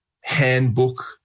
handbook